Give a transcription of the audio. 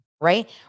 right